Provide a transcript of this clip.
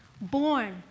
born